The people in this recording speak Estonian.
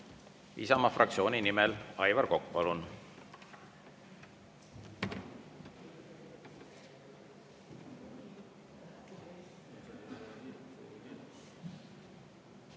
Isamaa fraktsiooni nimel Aivar Kokk,